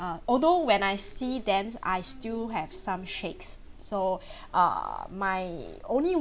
uh although when I see them I still have some shakes so err my only